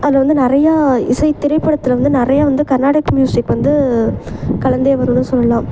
அதில் வந்து நிறையா இசை திரைப்படத்தில் வந்து நிறையா வந்து கர்நாட்டிக் மியூசிக் வந்து கலந்தே வருன்னு சொல்லலாம்